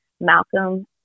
Malcolm